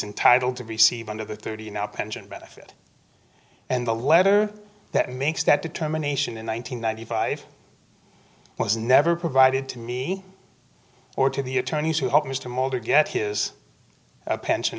entitled to receive under the thirty now pension benefit and the letter that makes that determination in one nine hundred ninety five was never provided to me or to the attorneys who helped mr molder get his pension